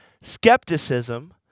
skepticism